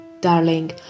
Darling